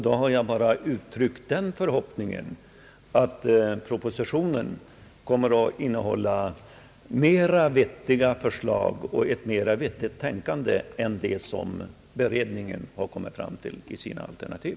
Då har jag bara uttryckt den förhoppningen att propositionen kommer att innehålla mera vettiga förslag och mera vettigt tänkande än som beredningen har kommit fram till i sina alternativ.